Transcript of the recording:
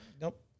nope